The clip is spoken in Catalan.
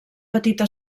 petita